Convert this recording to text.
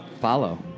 Follow